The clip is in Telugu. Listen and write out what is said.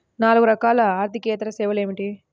నాలుగు రకాల ఆర్థికేతర సేవలు ఏమిటీ?